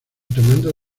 tomando